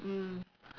mm